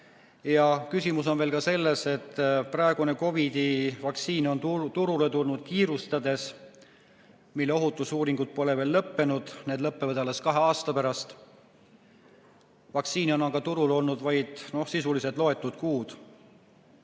Ja küsimus on ka selles, et praegune COVID-i vaktsiin on turule tulnud kiirustades, selle ohutusuuringud pole veel lõppenud, need lõpevad alles kahe aasta pärast. Vaktsiini on turul olnud sisuliselt vaid loetud kuud.